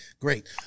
Great